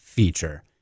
feature